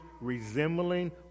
resembling